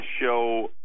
show